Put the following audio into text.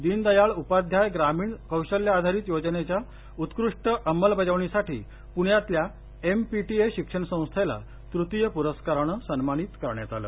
दीनदयाल उपाध्याय ग्रामीण कौशल्य आधारित योजनेच्या उत्कृष्ट अंमलबजावणीसाठी पृण्यातल्या एमपीटीए शिक्षण संस्थेला तृतिय प्रस्कारानं सन्मानित करण्यात आलं